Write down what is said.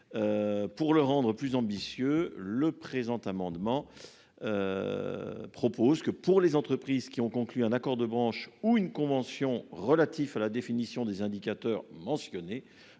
Pour le rendre plus ambitieux le présent amendement. Propose que pour les entreprises qui ont conclu un accord de branche ou une convention relatifs à la définition des indicateurs mentionnés